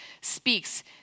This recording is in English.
speaks